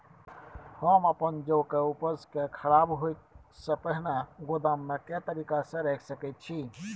हम अपन जौ के उपज के खराब होय सो पहिले गोदाम में के तरीका से रैख सके छी?